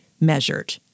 measured